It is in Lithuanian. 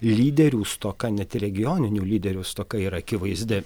lyderių stoka net regioninių lyderių stoka yra akivaizdi